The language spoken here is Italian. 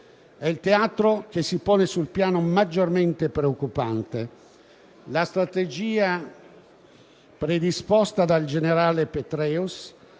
È il teatro che si pone sul piano maggiormente preoccupante. La strategia predisposta dal generale Petraeus